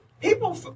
people